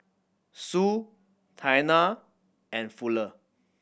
Sue Taina and Fuller